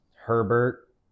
Herbert